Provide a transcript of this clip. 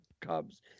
Cubs